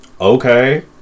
okay